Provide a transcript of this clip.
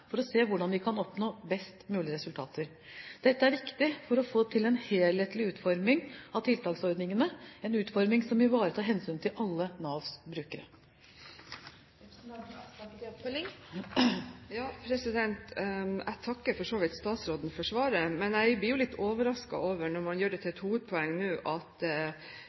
for å se hvordan vi kan oppnå best mulig resultater. Dette er viktig for å få til en helhetlig utforming av tiltaksordningene, en utforming som ivaretar hensynet til alle Navs brukere. Jeg takker for så vidt statsråden for svaret. Men jeg blir jo litt overrasket over at man nå gjør det til et hovedpoeng at